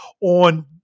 on